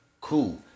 Cool